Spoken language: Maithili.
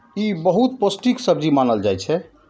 ई बहुत पौष्टिक सब्जी मानल जाइ छै